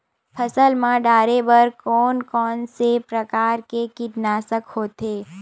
फसल मा डारेबर कोन कौन प्रकार के कीटनाशक होथे?